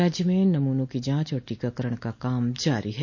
राज्य में नमूनों की जांच और टीकाकरण का काम जारी है